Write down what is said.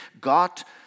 got